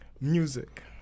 Music